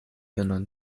genannt